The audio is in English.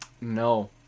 No